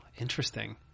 Interesting